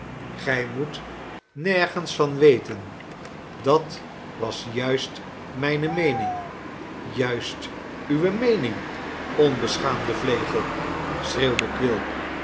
gij moet nergens van weten dat was juist mijne meening jurst uwe meening onbeschaamde vlegel schreeuwde